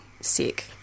sick